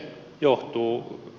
mistä se johtuu